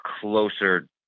closer